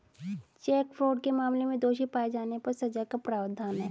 check fraud के मामले में दोषी पाए जाने पर सजा का प्रावधान है